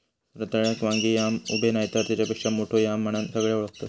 रताळ्याक वांगी याम, उबे नायतर तेच्यापेक्षा मोठो याम म्हणान सगळे ओळखतत